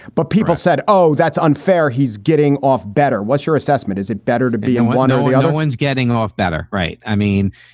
but people said, oh, that's unfair. he's getting off better. what's your assessment? is it better to be in one or the other? one's getting off better. right. i mean,